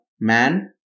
man